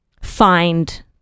find